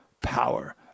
power